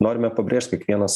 norime pabrėžt kiekvienas